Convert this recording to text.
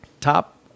top